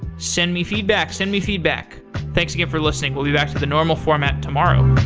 send me feedback. send me feedback. thanks again for listening. we'll be back to the normal format tomorrow